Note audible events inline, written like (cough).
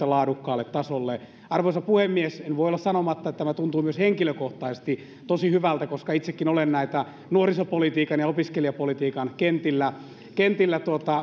(unintelligible) laadukkaalle tasolle arvoisa puhemies en voi olla sanomatta että tämä tuntuu myös henkilökohtaisesti tosi hyvältä koska itsekin olen näitä nuorisopolitiikan ja opiskelijapolitiikan kentillä kentillä